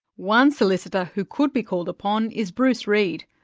one solicitor who could be called upon is bruce reid,